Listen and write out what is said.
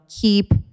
keep